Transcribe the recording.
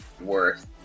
worth